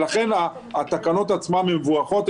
לכן התקנות עצמן מבורכות,